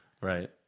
Right